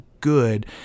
good